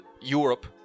Europe